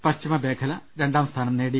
പശ്ചിമ മേഖല രണ്ടാം സ്ഥാനം നേടി